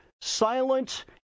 silent